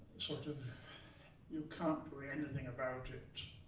sort of you can't do anything about it.